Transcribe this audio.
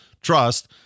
trust